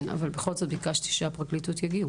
ביקשתי שהפרקליטות יגיעו